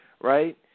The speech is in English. Right